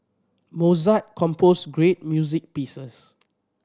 Mozart composed great music pieces